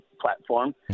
platform